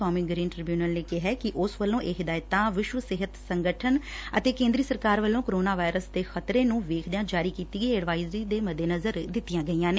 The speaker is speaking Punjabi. ਕੌਮੀ ਗਰੀਨ ਟ੍ਰਿਬਿਊਨਲ ਨੇ ਕਿਹੈ ਕਿ ਉਸ ਵੱਲੋਂ ਇਹ ਹਿਦਾਇਤਾ ਵਿਸ਼ਵ ਸਿਹਤ ਸੰਗਠਨ ਅਤੇ ਕੇਂਦਰੀ ਸਰਕਾਰ ਵੱਲੋਂ ਕੋਰੋਨਾ ਵਾਇਰਸ ਦੇ ਖ਼ਤਰੇ ਨੂੰ ਵੇਖਦਿਆਂ ਜਾਰੀ ਕੀਤੀ ਗਈ ਐਡਵਾਇਜਰੀ ਦੇ ਮੱਦੇਨਜ਼ਰ ਦਿੱਤੀਆਂ ਗਈਆਂ ਨੇ